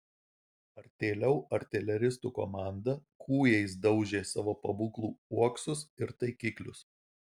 artėliau artileristų komanda kūjais daužė savo pabūklų uoksus ir taikiklius